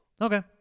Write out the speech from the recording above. Okay